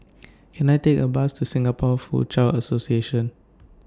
Can I Take A Bus to Singapore Foochow Association